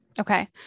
Okay